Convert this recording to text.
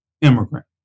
immigrant